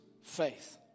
faith